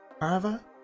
Arva